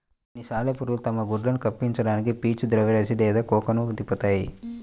కొన్ని సాలెపురుగులు తమ గుడ్లను కప్పి ఉంచడానికి పీచు ద్రవ్యరాశి లేదా కోకన్ను తిప్పుతాయి